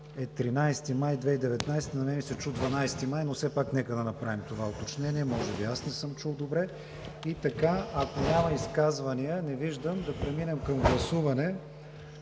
е 13 май 2019 г. На мен ми се счу 12 май, но все пак нека да направим това уточнение – може би аз не съм чул добре. Изказвания? Не виждам. Да преминем към гласуване.